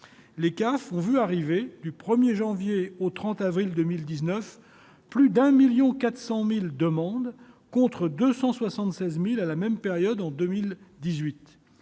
Les CAF ont reçu, du 1 janvier au 30 avril 2019, plus de 1,4 million de demandes, contre 276 000 à la même période en 2018.